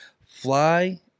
Fly